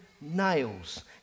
nails